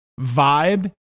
vibe